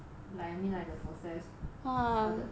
like I mean like the process started then